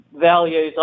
values